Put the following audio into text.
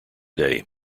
day